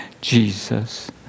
Jesus